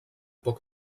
poc